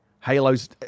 Halo's